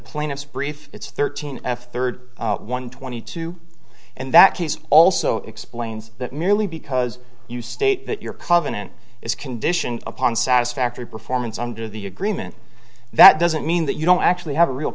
plaintiff's brief it's thirteen f third one twenty two and that case also explains that merely because you state that your covenant is conditioned upon satisfactory performance under the agreement that doesn't mean that you don't actually have a real